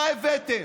מה הבאתם?